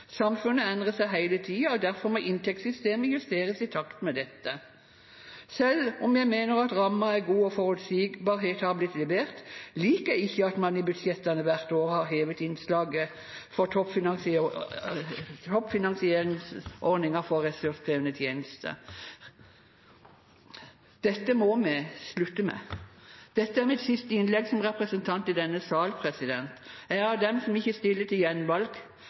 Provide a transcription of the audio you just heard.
Samfunnet endrer seg hele tiden, og derfor må inntektssystemet justeres i takt med dette. Selv om jeg mener rammen er god, og at forutsigbarhet har blitt levert, liker jeg ikke at man i budsjettene hvert år har hevet innslaget for toppfinansieringsordningen for ressurskrevende tjenester. Dette må vi slutte med. Dette er mitt siste innlegg som representant i denne sal. Jeg er av dem som ikke stiller til gjenvalg,